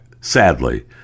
sadly